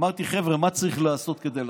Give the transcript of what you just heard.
אמרתי: חבר'ה, מה צריך לעשות כדי לחתום?